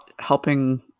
helping